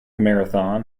marathon